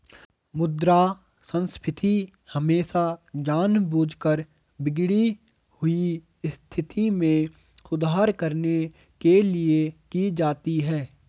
मुद्रा संस्फीति हमेशा जानबूझकर बिगड़ी हुई स्थिति में सुधार करने के लिए की जाती है